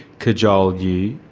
cajole you,